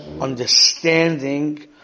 understanding